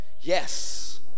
Yes